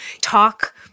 talk